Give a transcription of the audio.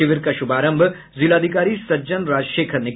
शिविर का श्रभारंभ जिलाधिकारी सज्जन राजशेखर ने किया